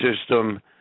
system